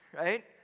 right